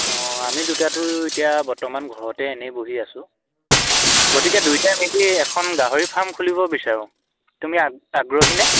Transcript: অঁ আমি দুটাতো এতিয়া বৰ্তমান ঘৰতে এনেই বহি আছোঁ গতিকে দুয়োটাই মিলি এখন গাহৰি ফাৰ্ম খুলিব বিচাৰোঁ তুমি আ আগ্ৰহী নে